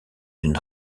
une